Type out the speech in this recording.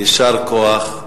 יישר כוח.